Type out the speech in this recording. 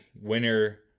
winner